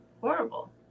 horrible